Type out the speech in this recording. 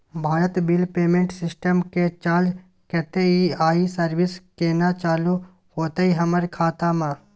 Bharat bill payment system के charge कत्ते इ आ इ सर्विस केना चालू होतै हमर खाता म?